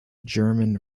german